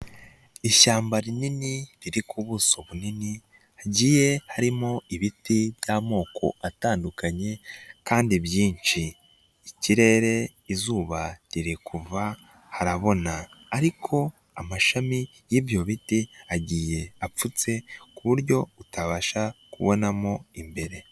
Ishyamba rinini riri ku buso bunini, hagiye harimo ibiti by'amoko atandukanye kandi byinshi. Ikirere izuba riri kuva harabona, ariko amashami y'ibyo biti agiye apfutse ku buryo utabasha kubonamo imbere.